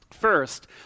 First